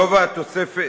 גובה התוספת,